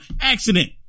accident